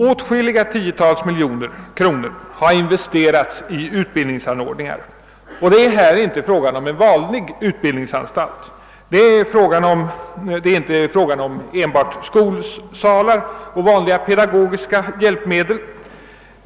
Åtskilliga tiotals miljoner kronor har i Hägernäs investerats i utbildningsanordningar, och det är här inte fråga om enbart skolsalar och vanliga pedagogiska hjälpmedel.